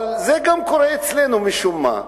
אבל זה גם קורה אצלנו, משום מה.